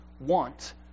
want